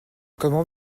comment